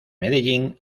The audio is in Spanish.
medellín